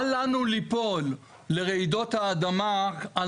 אנחנו חברי בוועדת ההיגוי לרעידות אדמה.